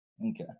Okay